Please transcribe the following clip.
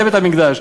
זה בית-המקדש,